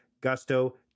Gusto